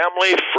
family